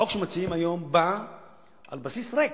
החוק שמציעים היום בא על בסיס ריק,